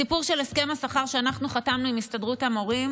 הסיפור של הסכם השכר שאנחנו חתמנו עם הסתדרות המורים,